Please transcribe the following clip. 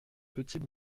petits